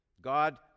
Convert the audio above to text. God